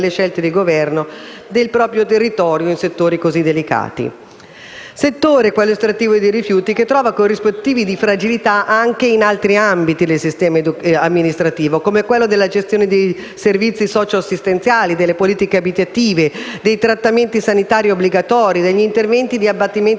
e dei rifiuti è un settore che trova corrispettivi di fragilità anche in altri ambiti del sistema amministrativo, come quello della gestione dei servizi socio-assistenziali, delle politiche abitative, dei trattamenti sanitari obbligatori, degli interventi di abbattimento